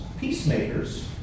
peacemakers